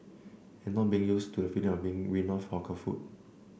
and not being used to the feeling of being weaned off hawker food